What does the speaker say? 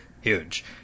huge